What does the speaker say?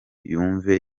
yumve